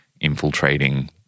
infiltrating